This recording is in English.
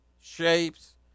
shapes